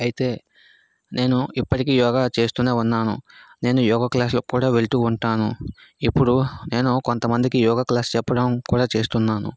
అయితే నేను ఇప్పటికి యోగ చేస్తూనే ఉన్నాను నేను యోగ క్లాస్లులకి కూడా వెళ్తూ ఉంటాను ఇప్పుడు నేను కొంత మందికి యోగ క్లాస్ చెప్పడం కూడా చేస్తున్నాను